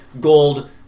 gold